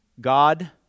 God